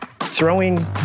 Throwing